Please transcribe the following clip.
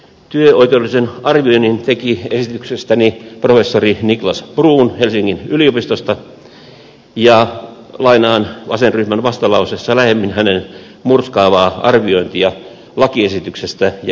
työoikeudellisen arvioinnin teki esityksestäni professori niklas bruun helsingin yliopistosta ja lainaan vasenryhmän vastalauseessa lähemmin hänen murskaavaa arviointiaan lakiesityksestä ja yhtiöittämismenettelystä